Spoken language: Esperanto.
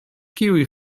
kiuj